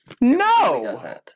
No